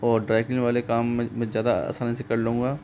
और ड्राईकलिंग वाले काम मैं मैं ज़्यादा आसानी से कर लूँगा